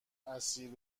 اسیر